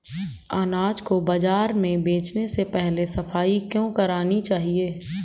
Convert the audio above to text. अनाज को बाजार में बेचने से पहले सफाई क्यो करानी चाहिए?